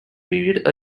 period